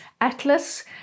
Atlas